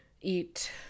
eat